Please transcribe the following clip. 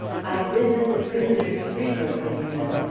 i visit the prisoners frequently, you know,